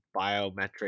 biometric